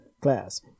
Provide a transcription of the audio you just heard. class